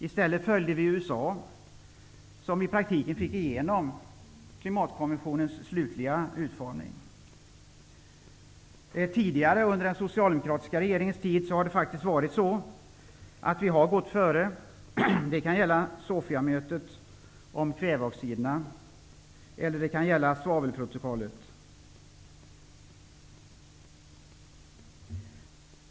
I stället följde Sverige USA, som i praktiken var det land som drev igenom den slutliga utformningen av klimatkonventionen. Tidigare under socialdemoraktiska regeringstiden gick Sverige före. Det gällde t.ex. Sofiamötet om kväveoxiderna eller svavelprotokollet.